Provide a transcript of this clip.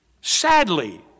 sadly